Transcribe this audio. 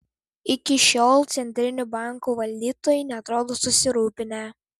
iki šiol centrinių bankų valdytojai neatrodo susirūpinę